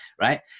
right